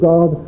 God